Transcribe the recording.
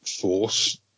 force